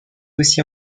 aussi